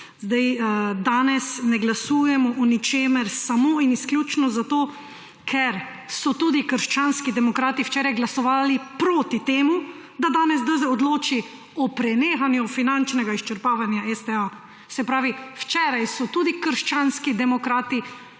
Zdaj, danes ne glasujemo o ničemer samo in izključno zato, ker so tudi krščanski demokrati včeraj glasovali proti tem, da danes DZ odloči o prenehanju finančnega izčrpavanja STA. Se pravi, včeraj so tudi krščanski demokrati